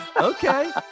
Okay